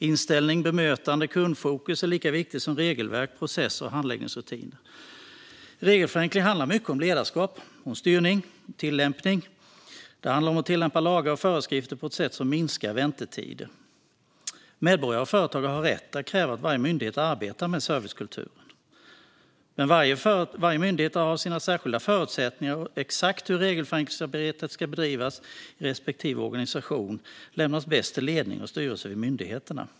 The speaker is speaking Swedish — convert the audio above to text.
Inställning, bemötande och kundfokus är lika viktigt som regelverk, processer och handläggningsrutiner. Regelförenkling handlar mycket om ledarskap, styrning och tillämpning. Det handlar om att tillämpa lagar och föreskrifter på ett sätt som minskar väntetider. Medborgare och företagare har rätt att kräva att varje myndighet arbetar med en servicekultur. Men varje myndighet har sina särskilda förutsättningar, och exakt hur regelförenklingsarbetet ska bedrivas i respektive organisation lämnas bäst till ledning och styrelse vid myndigheterna.